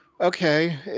okay